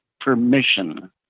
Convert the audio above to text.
permission